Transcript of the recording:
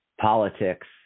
politics